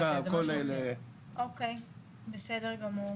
בסדר גמור.